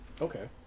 Okay